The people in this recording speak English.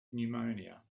pneumonia